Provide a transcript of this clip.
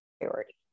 priority